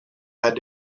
had